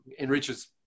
enriches